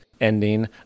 ending